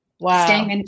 Wow